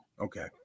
Okay